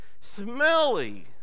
smelly